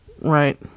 Right